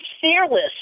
fearless